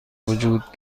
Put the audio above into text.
وجود